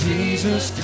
Jesus